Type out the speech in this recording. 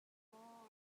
maw